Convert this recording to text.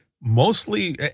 mostly